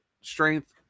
strength